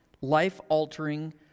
life-altering